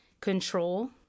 control